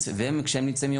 המנהלים